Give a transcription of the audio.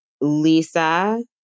Lisa